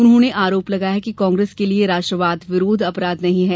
उन्होंने आरोप लगाया कि कांग्रेस के लिये राष्ट्रवाद विरोध अपराध नहीं है